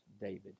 David